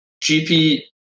GP